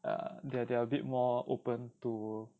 they're they're a bit more open to